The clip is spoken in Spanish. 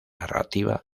narrativa